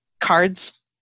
cards